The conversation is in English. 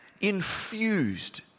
infused